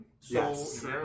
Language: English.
Yes